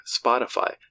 Spotify